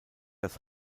das